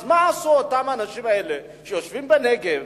אז מה עשו אותם האנשים האלה שיושבים בנגב,